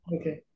Okay